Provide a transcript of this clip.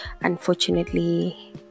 unfortunately